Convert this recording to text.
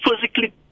physically